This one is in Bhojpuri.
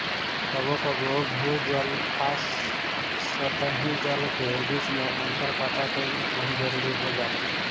कबो कबो भू जल आ सतही जल के बीच में अंतर पता कईल बहुत जरूरी हो जाला